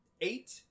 eight